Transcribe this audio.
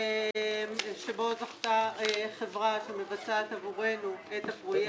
שבו זכתה חברה שמבצעת עבורנו את הפרויקט הזה.